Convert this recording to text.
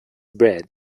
bread